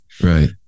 Right